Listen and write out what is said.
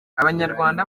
abanyarwanda